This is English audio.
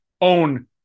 own